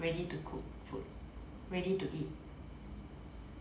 ready to cook food ready to eat